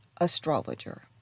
astrologer